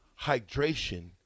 hydration